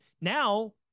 Now